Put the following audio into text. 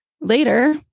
Later